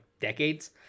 decades